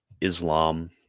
Islam